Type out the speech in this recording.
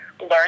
learn